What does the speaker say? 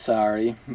Sorry